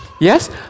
Yes